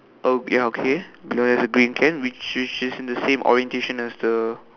oh ya okay below there's a green can which which is in the same orientation as the